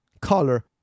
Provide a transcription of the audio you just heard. color